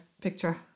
picture